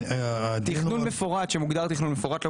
תכנון מפורט שמוגדר תכנון מפורט לא